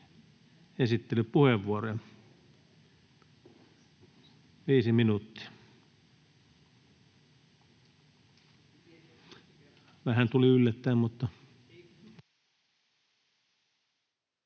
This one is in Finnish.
esittelypuheenvuoro viisi minuuttia.